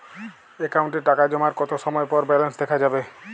অ্যাকাউন্টে টাকা জমার কতো সময় পর ব্যালেন্স দেখা যাবে?